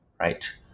right